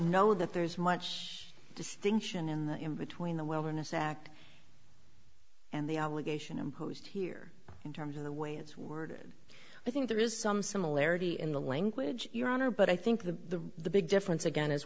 know that there's much distinction in the in between the well in a sack and the obligation imposed here in terms of the way it's worded i think there is some similarity in the language your honor but i think the the big difference again is